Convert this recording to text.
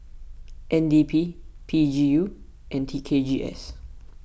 N D P P G U and T K G S